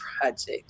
Project